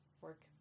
Work